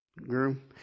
Groom